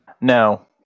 No